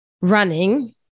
running